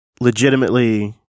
legitimately